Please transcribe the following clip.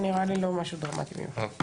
זה לא נראה לי משהו דרמטי במיוחד.